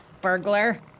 burglar